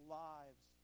lives